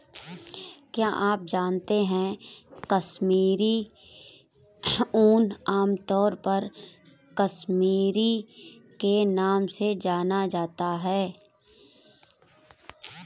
क्या आप जानते है कश्मीरी ऊन, आमतौर पर कश्मीरी के नाम से जाना जाता है?